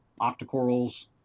octocorals